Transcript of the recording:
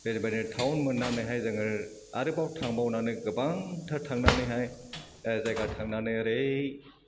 बेराय बेराय टाउन मोन्नानैहाय जोङो आरोबाव थांबावनानै गोबां थार थांनानैहाय ओह जायगा थांनानै ओरै